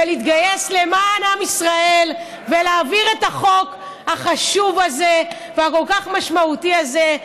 להתגייס למען עם ישראל ולהעביר את החוק החשוב הזה והכל-כך משמעותי הזה.